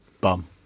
bum